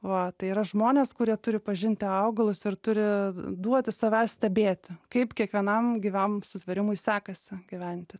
va tai yra žmonės kurie turi pažinti augalus ir turi duoti savęs stebėti kaip kiekvienam gyvam sutvėrimui sekasi gyventi